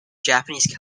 japanese